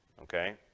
Okay